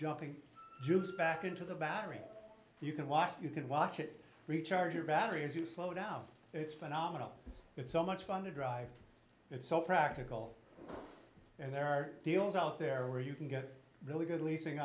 jumping juice back into the battery you can walk you can watch it recharge your batteries you slow down it's phenomenal it's so much fun to drive it's so practical and there are deals out there where you can get really good leasing